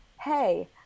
hey